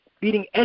beating